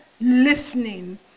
listening